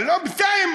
לא ראיתי חברה אחת.